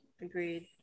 agreed